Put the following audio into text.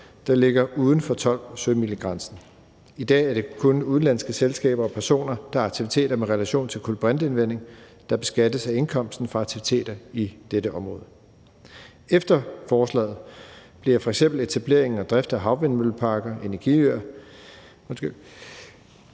der ligger uden for 12-sømilsgrænsen . I dag er det kun udenlandske selskaber og personer, der har aktiviteter med relation til kulbrinteindvinding, som beskattes af aktiviteter i dette område. Efter forslaget bliver f.eks. etablering og drift af havvindmølleparker og energiøer